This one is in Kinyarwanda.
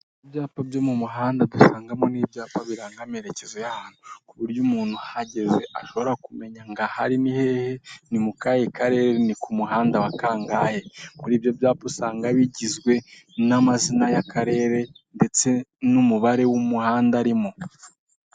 Ibyapa byo mu muhanda dusangamo n'ibyapa biranga amerekezo y'ahantu. Ku buryo umuntu ahageze ashobora kumenya ngo aha ari ni hehe, ni mu kahe Karere, ni ku muhanda wa kangahe, kuri ibyo byapa usanga bigizwe n'amazina y'Akarere ndetse n'umubare w'umuhanda arimo.